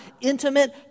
intimate